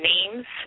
Names